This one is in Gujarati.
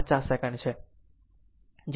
02 સેકન્ડ છે